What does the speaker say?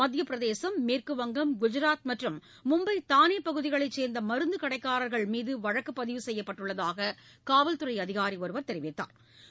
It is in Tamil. மத்திய பிரதேசும் மேற்கு வங்கம் குஜராத் மற்றும் மும்பை தானே பகுதிகளை சேர்ந்த மருந்து கடைக்காரா்கள் மீது வழக்கு பதிவு செய்யப்பட்டுள்ளதாக காவல்துறை அதிகாரி தெரிவித்தாா்